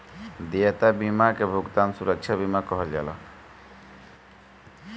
देयता बीमा के भुगतान सुरक्षा बीमा कहल जाला